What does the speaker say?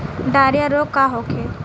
Diarrhoea रोग का होखे?